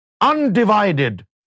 undivided